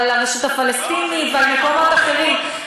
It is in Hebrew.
על הרשות הפלסטינית ועל מקומות אחרים.